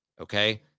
Okay